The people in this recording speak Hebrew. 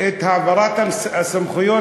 את העברת הסמכויות,